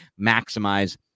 maximize